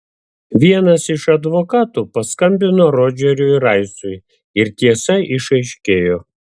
vienas iš advokatų paskambino rodžeriui raisui ir tiesa išaiškėjo